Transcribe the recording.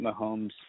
Mahomes